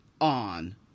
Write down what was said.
on